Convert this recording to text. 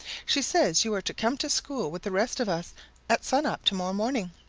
she says you are to come to school with the rest of us at sun-up to-morrow morning.